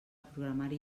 programari